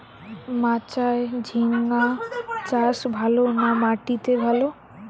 মাচায় ঝিঙ্গা চাষ ভালো না মাটিতে ভালো?